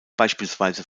beispielsweise